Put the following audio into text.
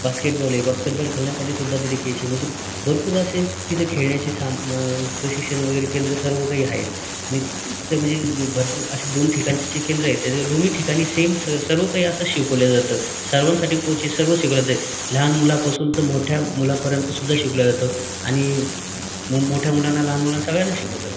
basketball हाय basketball खेळण्यासाठी सुद्धा तिथं केश हाय म्हणजे भरपूर असे तिथे खेळण्याचे सामान प्रशिक्षण वगैरे केंद्र सर्व काही आहेत आणि तिथं म्हणजे भरपूर असे दोन ठिकाणचे जे केंद्र आहेत त्याच्या दोन्ही ठिकाणी सेम सर्व सर्व काही असं शिकवलं जातं सर्वांसाठी कोच हाय सर्व शिकवलं जातं लहान मुलापासून ते मोठ्या मुलापर्यंत सुद्धा शिकवलं जातं आणि मु मोठ्या मुलांना लहान मुलांना सगळ्यांना शिकवतात